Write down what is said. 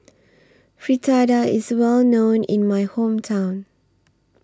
Fritada IS Well known in My Hometown